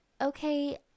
okay